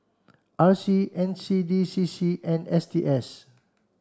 R C N C D C C and S T S